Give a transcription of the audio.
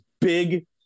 big